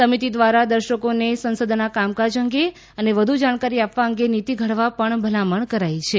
સમિતિ દ્વારા દર્શકોને સંસદના કામકાજ અંગે અને વધુ જાણકારી આપવા અંગે નિતી ઘડવા પણ ભલામણ કરાઇ છે